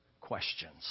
questions